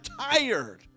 tired